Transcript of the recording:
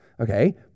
Okay